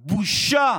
בושה.